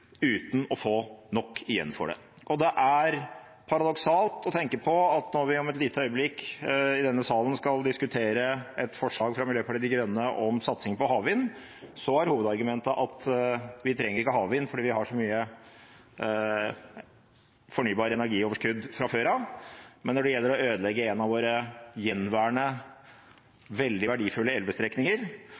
uten å få nok igjen for det. Det er paradoksalt å tenke på at når vi om et lite øyeblikk i denne salen skal diskutere et forslag fra Miljøpartiet De Grønne om satsing på havvind, er hovedargumentet at vi ikke trenger havvind fordi vi har så stort fornybar energi-overskudd fra før av. Men når det gjelder å ødelegge en av våre gjenværende veldig verdifulle elvestrekninger,